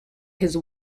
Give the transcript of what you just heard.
his